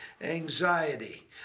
Anxiety